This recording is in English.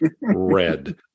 red